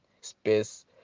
space